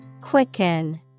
Quicken